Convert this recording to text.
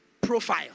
profile